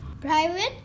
private